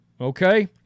okay